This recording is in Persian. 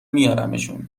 میارمشون